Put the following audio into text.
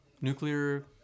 Nuclear